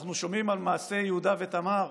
אנחנו שומעים על מעשה יהודה ותמר,